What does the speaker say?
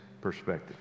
perspective